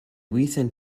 recent